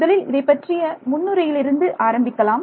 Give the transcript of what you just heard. முதலில் இதைப்பற்றிய முன்னுரையிலிருந்து ஆரம்பிக்கலாம்